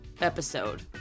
episode